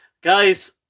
guys